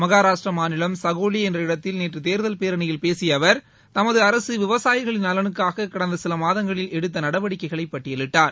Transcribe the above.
மகாராஷ்டிர மாநிலம் சகோலி என்ற இடத்தில் நேற்று தேர்தல் பேரணியில் பேசிய அவர் தமது அரசு விவசாயிகளின் நலனுக்காக கடந்த சில மாதங்களில் எடுத்த நடவடிக்கைகளை பட்டியலிட்டார்